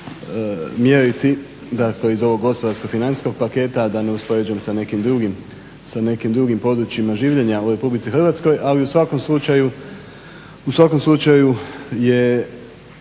način mjeriti ako iz ovog gospodarsko financijskog paketa da ne uspoređujem sa nekim drugim područjima življenja u RH ali u svakom slučaju je